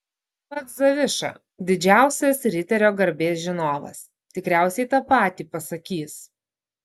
pats zaviša didžiausias riterio garbės žinovas tikriausiai tą patį pasakys